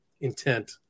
intent